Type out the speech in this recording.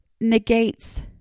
negates